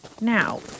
Now